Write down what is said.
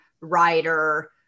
writer